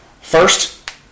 First